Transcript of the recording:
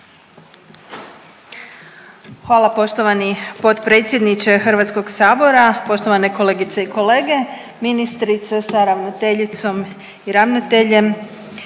Hvala poštovani potpredsjedniče Hrvatskog sabora. Poštovane kolegice i kolege, ministrice sa ravnateljicom i ravnateljem.